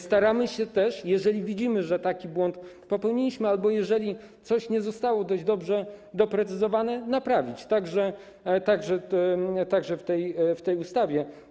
Staramy się też, jeżeli widzimy, że taki błąd popełniliśmy, albo jeżeli coś nie zostało dość dobrze doprecyzowane, naprawić to, także w tej ustawie.